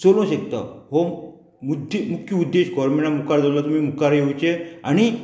चलो शकता हो मुद्दे मुख्य उद्देश गोवोरमेंटाक मुखार दवरलो तुमी मुखार येवचें आनी